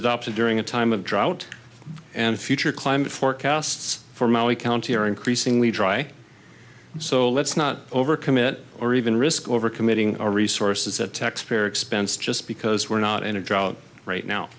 adopted during a time of drought and future climate forecasts for maui county are increasingly dry so let's not over commit or even risk overcommitting our resources at taxpayer expense just because we're not in a drought right now